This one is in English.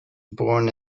born